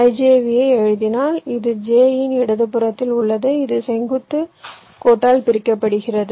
ijV ஐ எழுதினால் இது j இன் இடதுபுறத்தில் உள்ளது இது செங்குத்து கோட்டால் பிரிக்கப்படுகிறது